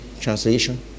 translation